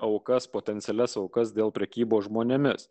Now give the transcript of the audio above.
aukas potencialias aukas dėl prekybos žmonėmis